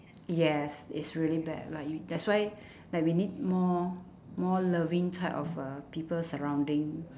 yes it's really bad like you that's why like we need more more loving type of uh people surrounding